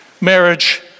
Marriage